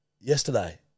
yesterday